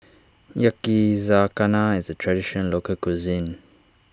Yakizakana is a Traditional Local Cuisine